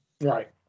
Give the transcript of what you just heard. Right